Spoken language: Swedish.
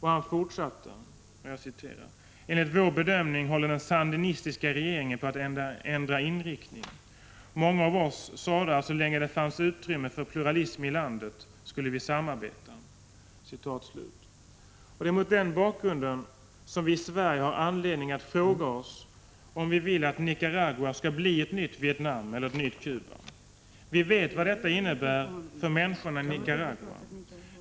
Han fortsatte: ”Enligt vår bedömning håller den sandinistiska regeringen på att ändra inriktning. Många av oss sade att så länge det finns utrymme för pluralism i landet skall vi samarbeta.” Det är mot denna bakgrund som vi i Sverige har anledning att fråga oss om vi vill att Nicaragua skall bli ett nytt Vietnam eller ett nytt Cuba. Vi vet vad detta innebär för människorna i Nicaragua.